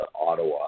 Ottawa